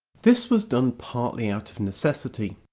this was done partly out of necessity.